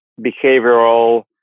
behavioral